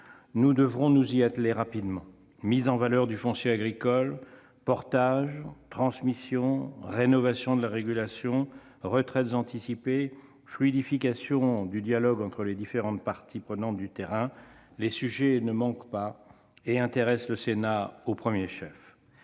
Nous devrons nous y atteler rapidement. Mise en valeur du foncier agricole, portage, transmission, rénovation de la régulation, retraites anticipées, fluidification du dialogue entre les différentes parties prenantes du terrain : les sujets ne manquent pas et ils intéressent le Sénat au premier chef.